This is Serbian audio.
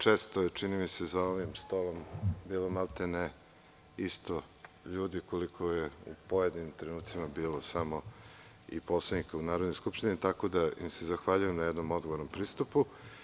Često je čini mi se za ovim stolom bilo maltene isto ljudi koliko je u pojedinim trenucima bilo i poslanika u Narodnoj skupštini, tako da im se zahvaljujem na jednom odgovornom pristupu.